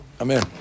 Amen